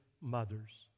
mothers